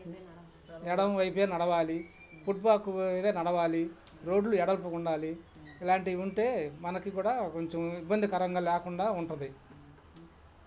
ఎడమ వైపే నడవాలి ఫుట్పాత్ మీదే నడవాలి రోడ్లు వెడల్పుగుండాలి ఇలాంటివి ఉంటే మనకి కూడా కొంచెం ఇబ్బందికరంగా లేకుండా ఉంటుంది